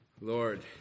Lord